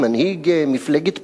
מנהיג מפלגת פועלים,